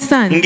Son